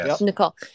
nicole